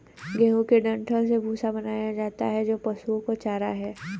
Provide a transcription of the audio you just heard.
गेहूं के डंठल से भूसा बनाया जाता है जो पशुओं का चारा है